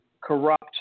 corrupt